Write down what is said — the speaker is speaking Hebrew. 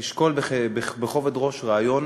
לשקול בכובד ראש רעיון,